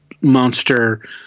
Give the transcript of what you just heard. monster